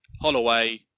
Holloway